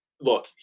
look